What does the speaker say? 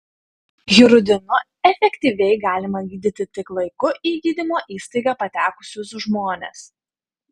hirudinu efektyviai galima gydyti tik laiku į gydymo įstaigą patekusius žmones